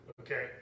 okay